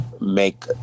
make